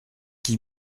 qui